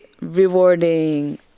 rewarding